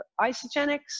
Isogenics